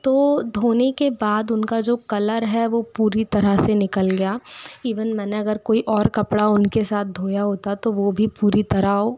तो धोने के बाद उनका जो कलर है वह पूरी तरह से निकल गया इवेन मैंने अगर कोई और कपड़ा उनके सात धोया होता तो वह भी पूरी तरह वह